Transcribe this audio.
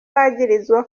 bagirizwa